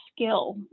skill